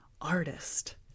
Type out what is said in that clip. artist